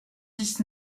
dix